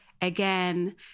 again